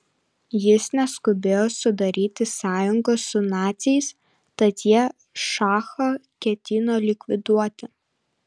jis neskubėjo sudaryti sąjungos su naciais tad jie šachą ketino likviduoti